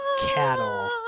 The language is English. cattle